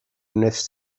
wnest